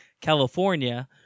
California